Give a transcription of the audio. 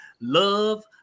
Love